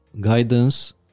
guidance